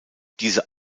diese